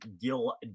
Gil